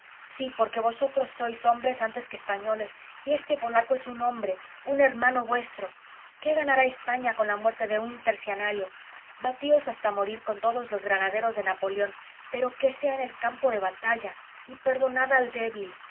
si porque vosotros sois hombres antes que españoles y este polaco es un hombre un hermano vuestro qué ganará españa con la muerte de un tercianario batíos hasta morir con todos los granaderos de napoleón pero que sea en el campo de batalla y perdonad al débil